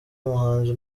muhanzi